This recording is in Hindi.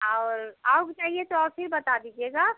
और और भी चाहिए तो और फिर बता दीजिएगा